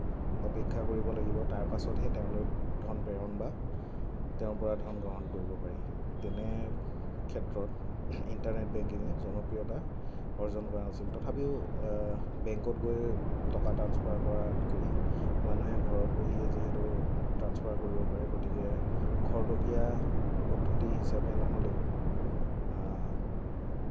অপেক্ষা কৰিব লাগিব তাৰ পাছত হে তেওঁলৈ ধন প্ৰেৰণ বা তেওঁৰ পৰা ধন গ্ৰহণ কৰিব পাৰি তেনে ক্ষেত্ৰত ইণ্টাৰনেট বেংকিঙে জনপ্ৰিয়তা অৰ্জন কৰা নাছিল তথাপিও বেংকত গৈ টকা ট্ৰান্সফাৰ কৰাতকৈ মানুহে ঘৰত বহিয়েই যিহেতু ট্ৰান্সফাৰ কৰিব পাৰে গতিকে খৰতকীয়া পদ্ধতি হিচাপে নহ'লেও